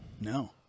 No